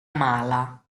mala